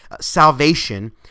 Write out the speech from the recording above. salvation